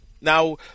now